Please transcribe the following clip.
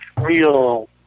real